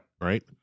Right